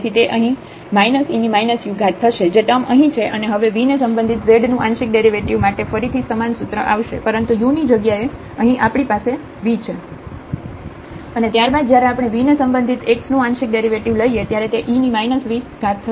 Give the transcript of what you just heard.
તેથી તે અહીં થશે જે ટર્મ અહીં છે અને હવે v ને સંબંધિત z નું આંશિક ડેરિવેટિવ માટે ફરીથી સમાન સૂત્ર આવશે પરંતુ u ની જગ્યાએ અહીં આપણી પાસે v છે અને ત્યારબાદ જયારે આપણે v ને સંબંધિત x નું આંશિક ડેરિવેટિવ લઈએ ત્યારે તે e v થશે